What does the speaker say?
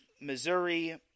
Missouri